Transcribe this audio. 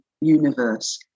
Universe